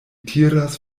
tiras